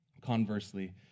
Conversely